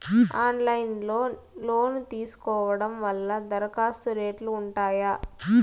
Online లో loan తీసుకోవడం వల్ల దరఖాస్తు రేట్లు ఉంటాయా?